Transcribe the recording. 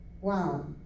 Wow